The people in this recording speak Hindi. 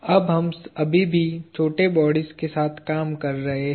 अब हम अभी भी छोटी बॉडीज के साथ काम कर रहे हैं